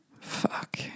fuck